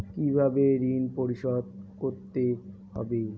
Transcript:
কিভাবে ঋণ পরিশোধ করতে হবে?